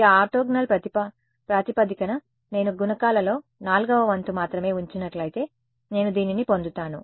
ఈ ఆర్తోగోనల్ ప్రాతిపదికన నేను గుణకాలలో నాల్గవ వంతు మాత్రమే ఉంచినట్లయితే నేను దీనిని పొందుతాను